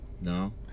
No